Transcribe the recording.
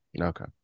Okay